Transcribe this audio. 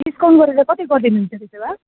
discount गरेर कति गरिदिनु हुन्छ त्यसो भए